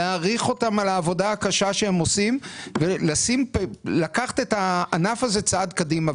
להעריך אותם על העבודה הקשה שהם עושים ולקחת את הענף הזה צעד קדימה,